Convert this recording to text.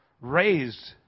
raised